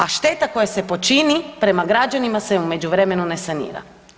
A šteta koja se počini prema građanima se u međuvremenu ne sanira.